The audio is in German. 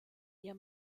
ihr